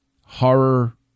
horror